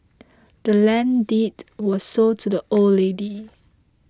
the land's deed was sold to the old lady